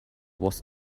was